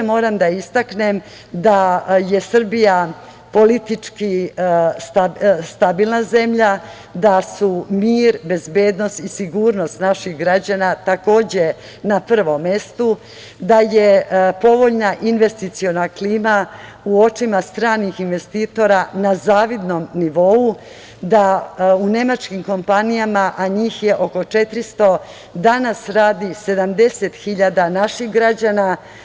Moram da istaknem i to da je Srbija politički stabilna zemlja, da su mir, bezbednost i sigurnost naših građana takođe na prvom mestu, da je povoljna investiciona klima u očima stranih investitora na zavidnom nivou, da u nemačkim kompanijama, a njih je oko 400, danas radi 70.000 naših građana.